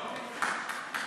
(מחיאות כפיים)